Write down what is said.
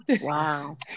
Wow